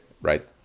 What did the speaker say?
right